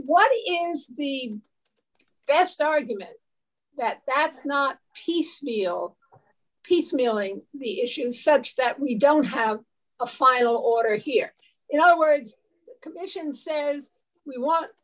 what is the best argument that that's not piecemeal piecemealing the issue such that we don't have a final order here you know words commission says we want